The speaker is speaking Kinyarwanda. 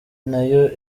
nayo